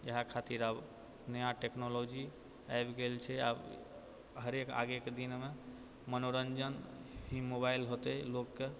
इएह खातिर आब नया टेक्नोलॉजी आबि गेल छै आब हरेक आगेके दिनमे मनोरञ्जन ही मोबाइल हौते लोकके